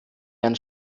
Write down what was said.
einen